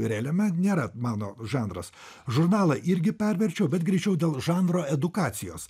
realiame nėra mano žanras žurnalą irgi perverčiau bet greičiau dėl žanro edukacijos